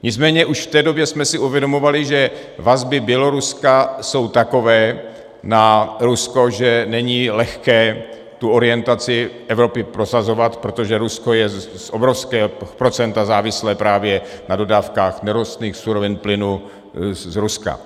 Nicméně už v té době jsme si uvědomovali, že vazby Běloruska jsou takové na Rusko, že není lehké tu orientaci Evropy prosazovat, protože Rusko je z obrovského procenta závislé právě na dodávkách nerostných surovin, plynu z Ruska.